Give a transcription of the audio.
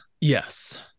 yes